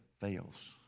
fails